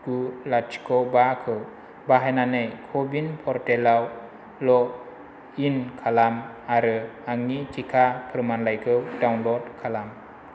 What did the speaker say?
गु लाथिख' बाखौ बाहायनानै क'विन पर्टेलाव लग इन खालाम आरो आंनि टिका फोरमानलाइखौ डाउनलड खालाम